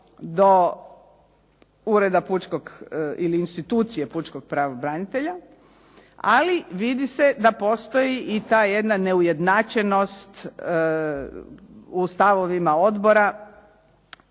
ili institucije pučkog pravobranitelja ali vidi se da postoji i ta jedna neujednačenost u stavovima odbora